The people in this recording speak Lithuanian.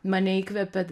mane įkvepia